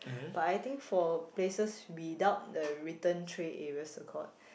but I think for places without the return tray areas accord